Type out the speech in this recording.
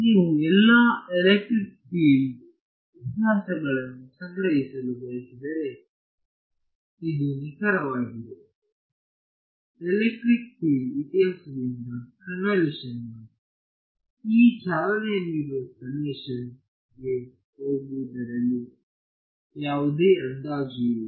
ನೀವು ಎಲ್ಲಾ ಎಲೆಕ್ಟ್ರಿಕ್ ಫೀಲ್ಡ್ದ ಇತಿಹಾಸಗಳನ್ನು ಸಂಗ್ರಹಿಸಲು ಬಯಸಿದಂತೆಯೇ ಇದು ನಿಖರವಾಗಿದೆ ಎಲೆಕ್ಟ್ರಿಕ್ ಫೀಲ್ಡ್ದ ಇತಿಹಾಸದಿಂದ ಕನ್ವಿಲೇಶನ್ನಿಂದ ಈ ಚಾಲನೆಯಲ್ಲಿರುವ ಸಮೇಶನ್ ಕ್ಕೆ ಹೋಗುವುದರಲ್ಲಿ ಯಾವುದೇ ಅಂದಾಜು ಇಲ್ಲ